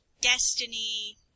destiny